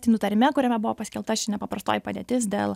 tai nutarime kuriame buvo paskelbta ši nepaprastoji padėtis dėl